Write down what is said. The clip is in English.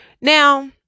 now